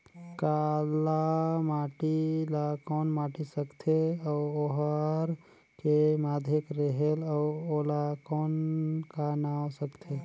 काला माटी ला कौन माटी सकथे अउ ओहार के माधेक रेहेल अउ ओला कौन का नाव सकथे?